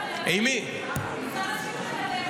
--- עם שר השיכון תדבר.